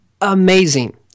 amazing